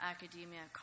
Academia